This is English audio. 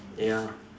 ya